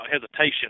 hesitation